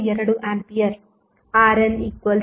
2A RNv0i010